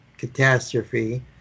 catastrophe